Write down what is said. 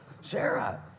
Sarah